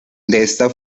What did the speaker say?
esta